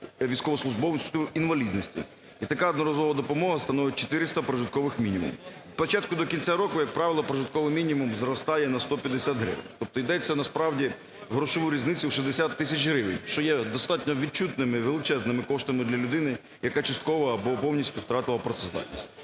військовослужбовцю інвалідності. І така одноразова допомога становить 400 прожиткових мінімумів. З початку й до кінця року, як правило, прожитковий мінімум зростає на 150 гривень, тобто йдеться, насправді, в грошову різницю в 60 тисяч гривень, що є достатньо відчутними величезними коштами для людини, яка частково або повністю втратила працездатність.